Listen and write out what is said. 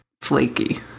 flaky